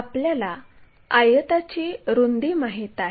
आपल्याला आयताची रुंदी माहित आहे